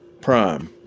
Prime